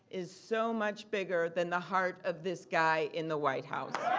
is so much bigger than the heart of this guy in the white house.